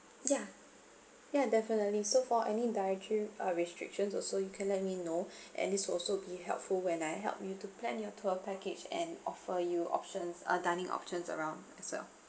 ya ya definitely so for any dietary uh restrictions also you can let me know at least also be helpful when I help you to plan your tour package and offer you options uh dining options around as well